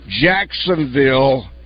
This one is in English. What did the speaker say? Jacksonville